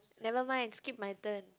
nevermind skip my turn